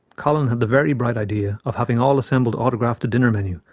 colin had the very bright idea of having all assembled autograph the dinner menu,